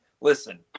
listen